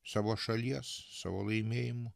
savo šalies savo laimėjimų